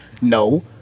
No